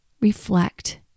reflect